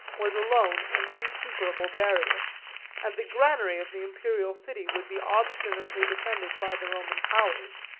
was alone an insuperable barrier and the granary of the imperial city would be obstinately defended by the roman powers.